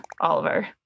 Oliver